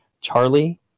Charlie